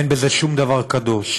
אין בזה שום דבר קדוש,